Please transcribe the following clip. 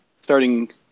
starting